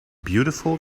beautiful